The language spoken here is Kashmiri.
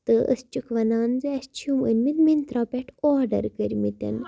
تہٕ أسۍ چھِکھ وَنان زِ اَسہِ چھِو أنۍ مٕتۍ مِنترٛا پٮ۪ٹھ آرڈَر کٔرۍ مٕتٮ۪ن